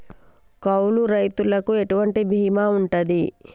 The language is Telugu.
కౌలు రైతులకు ఎటువంటి బీమా ఉంటది?